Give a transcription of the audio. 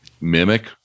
mimic